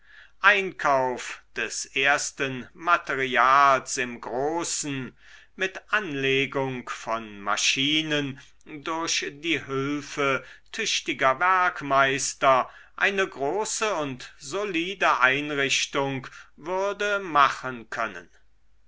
einkauf des ersten materials im großen mit anlegung von maschinen durch die hülfe tüchtiger werkmeister eine große und solide einrichtung würde machen können